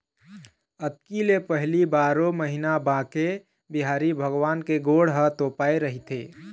अक्ती ले पहिली बारो महिना बांके बिहारी भगवान के गोड़ ह तोपाए रहिथे